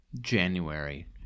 January